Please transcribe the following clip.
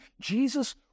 Jesus